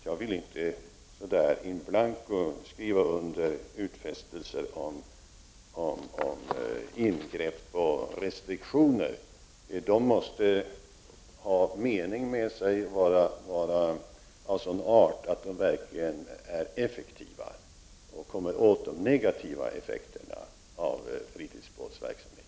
Jag vill inte in blanco skriva under några utfästelser om ingrepp och restriktioner, utan de måste vara meningsfulla och av sådan art att de verkligen är effektiva och kommer åt de negativa effekterna av fritidsbåtsverksamheten.